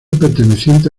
perteneciente